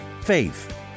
faith